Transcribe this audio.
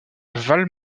val